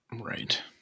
Right